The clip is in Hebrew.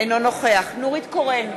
אינו נוכח נורית קורן,